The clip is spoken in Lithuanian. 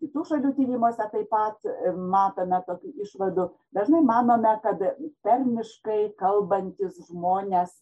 kitų šalių tyrimuose taip pat matome tokių išvadų dažnai manome kad tarmiškai kalbantys žmonės